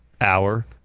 Hour